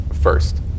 first